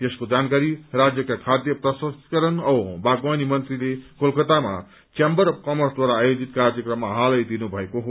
यसको जानकारी राज्यका खाध्य प्रसंस्करण औ बागवानी मन्त्रीले कोलकत्तामा च्याम्बर अफ कर्मसद्वारा आयोजित कार्यक्रममा हालै दिनुभएको हो